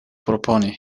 proponi